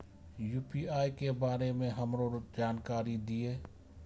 UPI के बारे में हमरो जानकारी दीय?